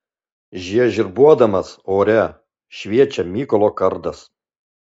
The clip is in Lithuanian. žiežirbuodamas ore šviečia mykolo kardas